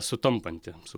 sutampanti su